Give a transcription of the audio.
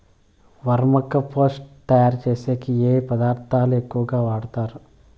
వర్మి compost తయారుచేసేకి ఏ పదార్థాలు ఎక్కువగా వాడుతారు